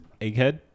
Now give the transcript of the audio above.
Egghead